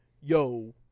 yo